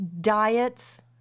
diets